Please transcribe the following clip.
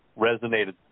resonated